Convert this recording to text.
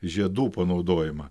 žiedų panaudojimą